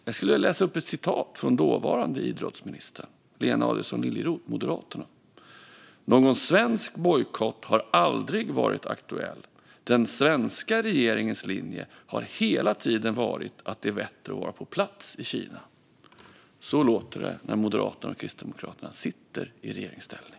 Jag skulle vilja läsa upp ett citat från dåvarande idrottsministern, Lena Adelsohn Liljeroth, Moderaterna: Någon svensk bojkott har aldrig varit aktuell. Den svenska regeringens linje har hela tiden varit att det är bättre att vara på plats i Kina. Så låter det när Moderaterna och Kristdemokraterna sitter i regeringsställning.